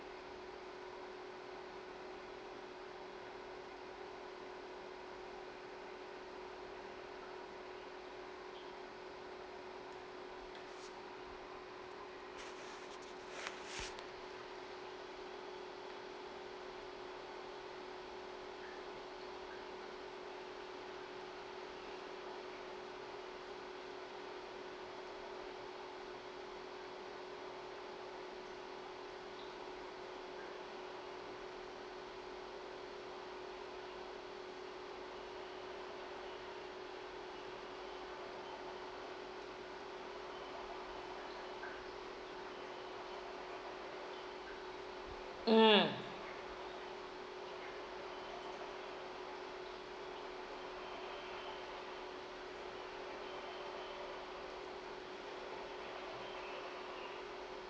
mm